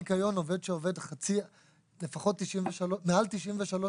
לעובד ניקיון שמועסק 6 ימים בשבוע (באחוזים/שקלים חדשים)